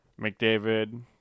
mcdavid